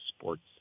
sports